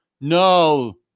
no